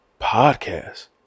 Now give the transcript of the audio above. podcast